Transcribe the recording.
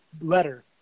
letter –